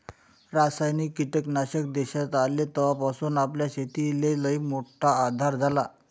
रासायनिक कीटकनाशक देशात आले तवापासून आपल्या शेतीले लईमोठा आधार झाला